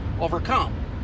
overcome